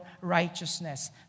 righteousness